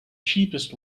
cheapest